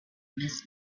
miss